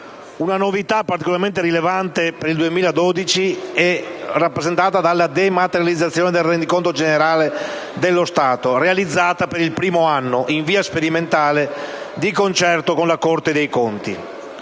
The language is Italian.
Una novità particolarmente rilevante per il consuntivo 2012 è rappresentata dalla dematerializzazione del rendiconto generale dello Stato, realizzata, per il primo anno, in via sperimentale, di concerto con la Corte dei conti,